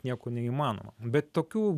nieko neįmanoma bet tokių